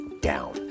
down